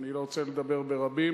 אני לא רוצה לדבר ברבים,